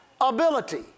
ability